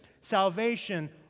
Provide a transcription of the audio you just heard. salvation